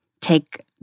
take